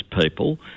people